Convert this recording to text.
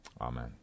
Amen